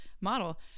model